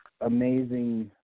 amazing